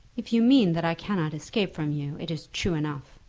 if you mean that i cannot escape from you, it is true enough.